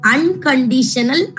Unconditional